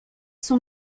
sont